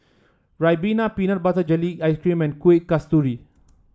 ribena Peanut Butter Jelly Ice cream and Kuih Kasturi